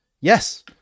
yes